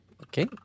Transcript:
Okay